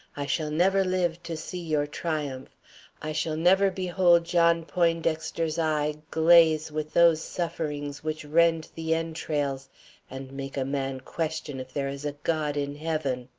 i shall never live to see your triumph i shall never behold john poindexter's eye glaze with those sufferings which rend the entrails and make a man question if there is a god in heaven.